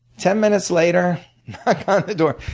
ten minutes later, knock on the door.